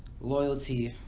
Loyalty